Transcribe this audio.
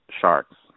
Sharks